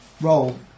roll